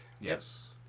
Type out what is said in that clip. Yes